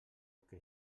que